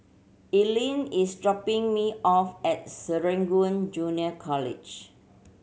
Ethelyn is dropping me off at Serangoon Junior College